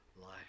life